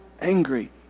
angry